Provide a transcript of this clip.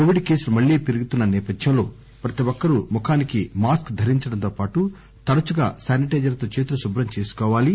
Covid కేసులు మళ్లీ పెరుగుతున్న సేపథ్యంలో ప్రతి ఒక్కరూ ముఖానికి మాస్క్ ధరించడంతో పాటు తరచుగా శానిటైజర్ తో చేతులు కుభ్రం చేసుకోవాలి